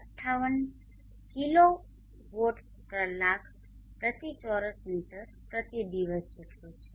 58 kilowatt કલાક પ્રતિ ચોરસ મીટર પ્રતિ દિવસ જેટલું છે